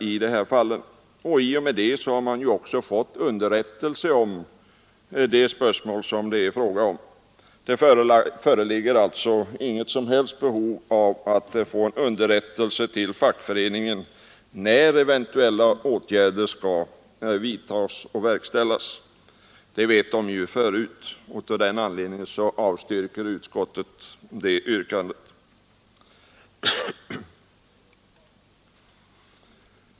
I och med det har man också fått underrättelse om det spörsmål det är fråga om. Det föreligger alltså inget som helst behov av att få underrättelse till fackföreningen när eventuella åtgärder skall vidtas och verkställas — det vet fackföreningen redan. Av den anledningen avstyrker utskottet detta yrkande.